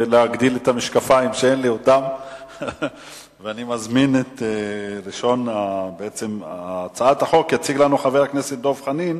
2010. את הצעת החוק יציג לנו חבר הכנסת דב חנין.